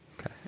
okay